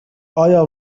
آیا